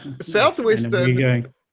Southwestern